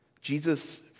Jesus